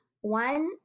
One